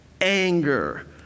anger